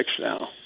now